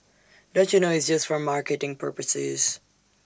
don't you know it's just for marketing purposes